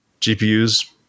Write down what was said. GPUs